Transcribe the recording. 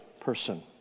person